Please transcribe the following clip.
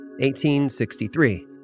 1863